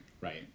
Right